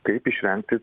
kaip išvengti